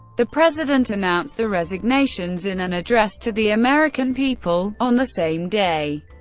the president announced the resignations in an address to the american people on the same day,